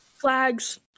Flags